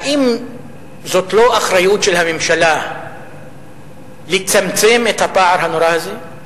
האם זאת לא אחריות של הממשלה לצמצם את הפער הנורא הזה?